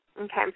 Okay